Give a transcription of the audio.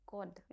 God